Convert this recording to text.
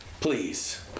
please